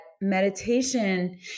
meditation